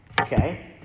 Okay